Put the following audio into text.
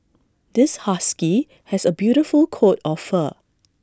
this husky has A beautiful coat of fur